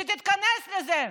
שייכנס לזה,